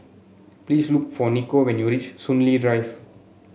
please look for Niko when you reach Soon Lee Drive